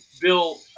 bill